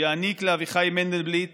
שיעניק לאביחי מנדלבליט